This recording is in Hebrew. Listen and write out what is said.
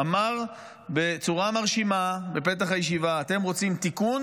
הוא אמר בצורה מרשימה בפתח הישיבה: אתם רוצים תיקון,